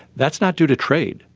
that's not due to trade.